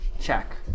check